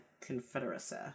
Confederacy